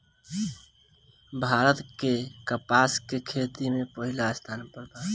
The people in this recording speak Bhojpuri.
भारत के कपास के खेती में पहिला स्थान पर बा